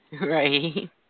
Right